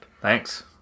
Thanks